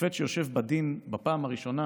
שופט שיושב בדין בפעם הראשונה,